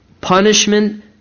punishment